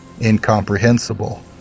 incomprehensible